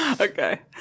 okay